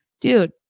Dude